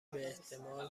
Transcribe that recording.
باحتمال